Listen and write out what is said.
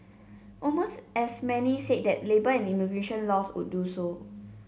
almost as many said that labour and immigration laws would do so